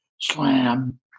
slam